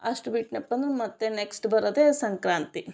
ಅಷ್ಟು ಬಿಟ್ಟನಪ್ಪ ಅಂದ್ರೆ ಮತ್ತೆ ನೆಕ್ಸ್ಟ್ ಬರೋದೆ ಸಂಕ್ರಾಂತಿ